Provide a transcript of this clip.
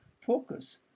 focus